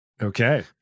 Okay